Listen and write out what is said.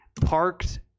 parked